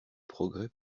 progrès